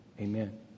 Amen